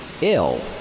ill